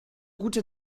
gute